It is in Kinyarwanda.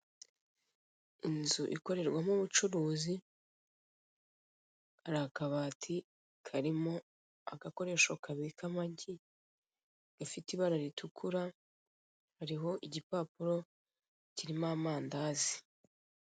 Inzu ikorerwamo ubucuruzi, hari akabati karimo agakoresho kabika amagi gafite ibara ritukura, hariho igipapuro kirimo amandazi.